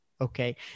okay